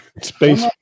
space